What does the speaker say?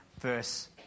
verse